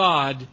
God